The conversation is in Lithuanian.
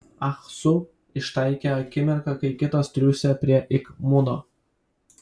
ah su ištaikė akimirką kai kitos triūsė prie ik muno